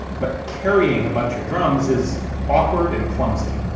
but carrying a bunch of drums is awkward and clumsy.